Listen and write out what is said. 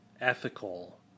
ethical